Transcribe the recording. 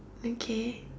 okay